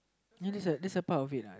ya that's a that's a part of it what